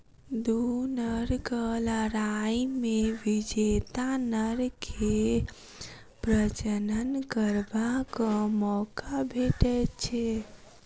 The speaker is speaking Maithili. दू नरक लड़ाइ मे विजेता नर के प्रजनन करबाक मौका भेटैत छै